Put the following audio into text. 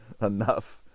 enough